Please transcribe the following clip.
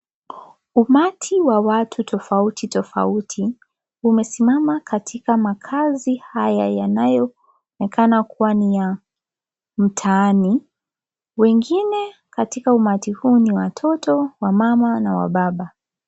Umati wa watu tofauti tofauti umesimama katika makazi haya yanayoonekana kuwa ni ya mtaani . Wengine katika umati huu ni watoto, wamama na wababa.